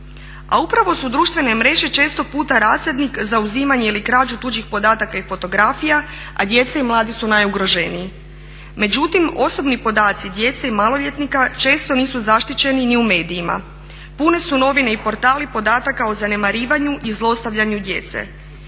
Upravo su društvene mreže često puta … za uzimanje ili krađu tuđih podataka i fotografija, a djeca i mladi su najugroženiji. Međutim, osobni podaci djece i maloljetnika često nisu zaštićeni ni u medijima. Pune su novine i portali podataka o zanemarivanju i zlostavljanju djece.